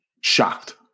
Shocked